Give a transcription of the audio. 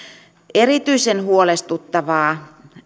erityisen huolestuttavaa